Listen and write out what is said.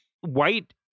white